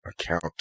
account